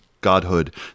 godhood